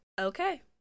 okay